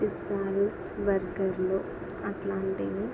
పిజ్జాలు బర్గర్లు అలాంటివి